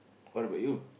what about you